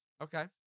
Okay